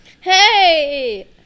Hey